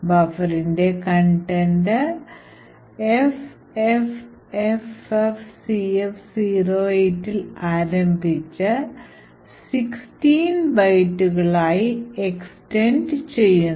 ബഫറിന്റെ content FFFFCF08 ൽ ആരംഭിച്ച് 16 byte കളായി എക്സ്റ്റൻഡഡ് ചെയ്യുന്നു